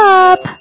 up